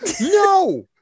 no